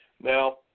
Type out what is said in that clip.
Now